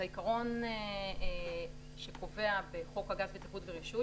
העיקרון שקובע בחוק הגז (בטיחות ורישוי),